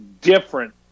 different